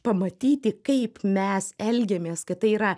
pamatyti kaip mes elgiamės kad tai yra